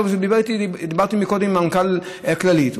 דיברתי קודם עם מנכ"ל הכללית,